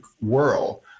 world